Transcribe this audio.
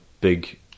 big